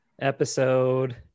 episode